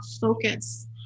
focus